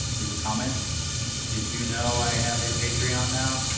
leave a comment did you know i have a patreon now